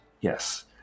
yes